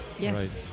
Yes